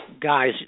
guys